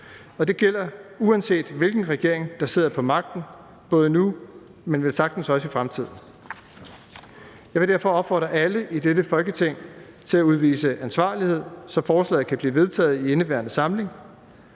det gælder, uanset hvilken regering der sidder på magten, både nu, men velsagtens også i fremtiden. Jeg vil derfor opfordre alle i dette Folketing til at udvise ansvarlighed, så forslaget kan blive vedtaget i indeværende samling.